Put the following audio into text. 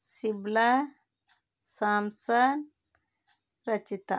ಸಿಬ್ಲಾ Samson Rachita